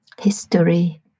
History